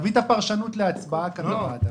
תביא את הפרשנות להצבעה בוועדה.